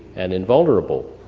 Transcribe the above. and invulnerable,